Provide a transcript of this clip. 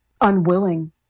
unwilling